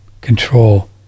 control